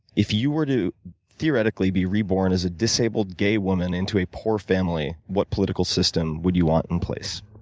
if you were to theoretically be reborn as a disabled gay woman into a poor family, what political system would you want in place?